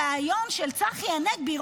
ריאיון של צחי הנגבי,